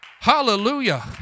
Hallelujah